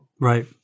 Right